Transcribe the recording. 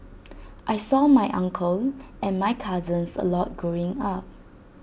I saw my uncle and my cousins A lot growing up